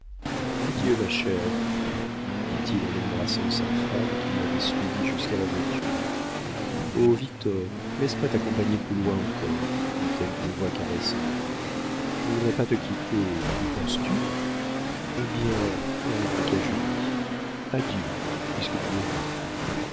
adieu ma chère dit-il en embrassant sa femme qui l'avait suivi jusqu'à la voiture oh victor laisse-moi t'accompagner plus loin encore dit-elle d'une voix caressante je ne voudrais pas te quitter y penses-tu eh bien répliqua julie adieu puisque tu le veux